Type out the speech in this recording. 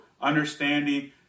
understanding